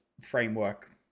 framework